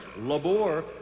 labor